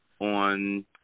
on